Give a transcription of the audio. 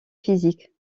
physique